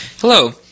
hello